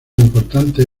importantes